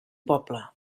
poble